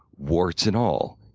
warts and all,